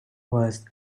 was